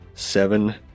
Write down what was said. Seven